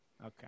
Okay